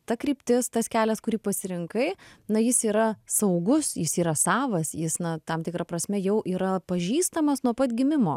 ta kryptis tas kelias kurį pasirinkai na jis yra saugus jis yra savas jis na tam tikra prasme jau yra pažįstamas nuo pat gimimo